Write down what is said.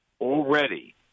already